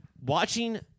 Watching